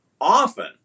often